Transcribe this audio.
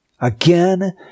Again